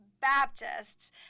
Baptists